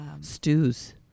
Stews